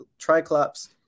Triclops